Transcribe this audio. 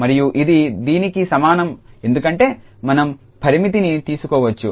మరియు ఇది దీనికి సమానం ఎందుకంటే మనం ఈ పరిమితిని తీసుకోవచ్చు